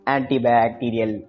Antibacterial